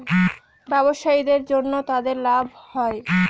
ব্যবসায়ীদের জন্য তাদের লাভ হয়